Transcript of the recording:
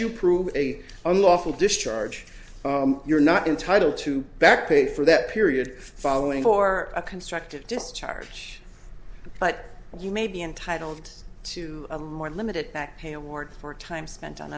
you prove a unlawful discharge you're not entitled to back pay for that period following or a constructive discharge but you may be entitled to a more limited back pay award for time spent on